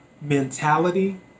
mentality